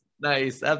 nice